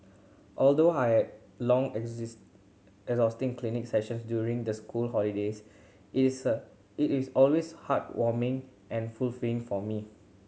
although I have long exhausting clinic sessions during the school holidays it is a it is always heartwarming and fulfilling for me